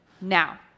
now